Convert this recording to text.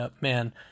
man